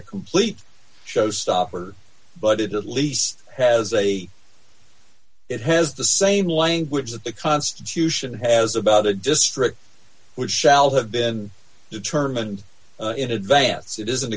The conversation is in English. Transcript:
a complete showstopper but it at least has a it has the same language that the constitution has about a district which shall have been determined in advance it isn't